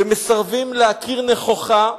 ומסרבים להכיר נכוחה,